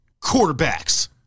Quarterbacks